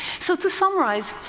so to summarize,